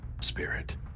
spirit